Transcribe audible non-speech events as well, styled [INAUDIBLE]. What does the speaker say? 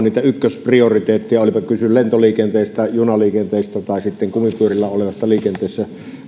[UNINTELLIGIBLE] niitä elinkeinoelämän ykkösprioriteetteja olipa kyse lentoliikenteestä junaliikenteestä tai sitten kumipyörillä olevasta liikenteestä